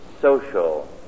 social